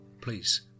Please